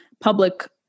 public